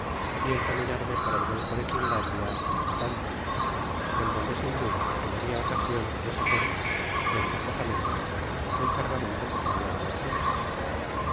y encaminarme por el golfo de finlandia á dantzick en donde sin duda hallaria ocasion de deshacerme ventajosamente del cargamento que traia de ja china